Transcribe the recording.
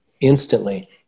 instantly